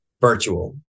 virtual